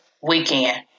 weekend